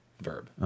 verb